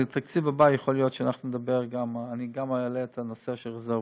לתקציב הבא יכול להיות שאני אעלה גם את הנושא של רזרבות,